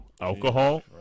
alcohol